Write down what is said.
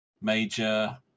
major